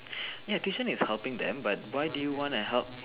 ya tuition is helping them but why do you want to help